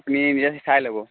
আপুনি নিজে চাই ল'ব